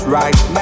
right